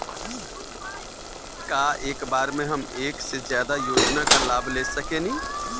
का एक बार में हम एक से ज्यादा योजना का लाभ ले सकेनी?